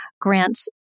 grants